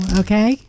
okay